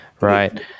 Right